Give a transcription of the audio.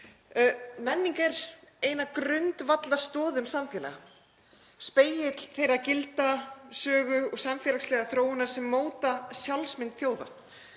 Menning er ein af grundvallarstoðum samfélaga; spegill þeirra gilda, sögu og samfélagslegrar þróunar sem mótar sjálfsmynd þjóða.